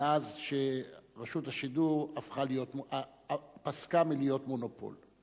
מאז פסקה רשות השידור מלהיות מונופול.